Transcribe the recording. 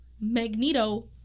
Magneto